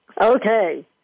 Okay